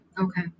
okay